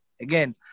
Again